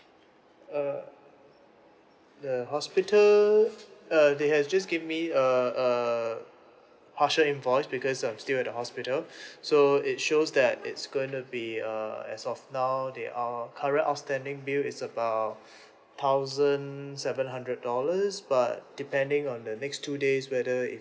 err the hospital err they have just given me a err partial invoice because I'm still at the hospital so it shows that it's going to be uh as of now there are current outstanding bill is about thousand seven hundred dollars but depending on the next two days whether